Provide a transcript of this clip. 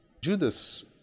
Judas